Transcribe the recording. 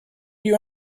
you